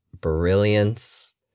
brilliance